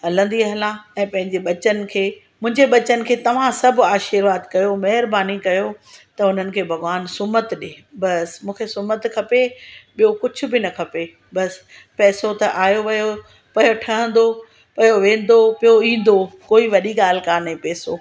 हलंदी हलां ऐं पंहिंजे बचनि खे मुंहिंजे बचनि खे तव्हां सभु आशीर्वाद कयो महिरबानी कयो त हुननि खे भगवान सुमत ॾिए बसि मूंखे सुमतु खपे ॿियो कुझु बि न खपे बसि पैसो त आयो वियो पर ठहंदो पियो वेंदो पयो ईंदो कोई वॾी ॻाल्हि कोन्हे पेसो